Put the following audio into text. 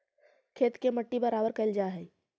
खेत के मट्टी बराबर कयल जा हई